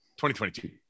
2022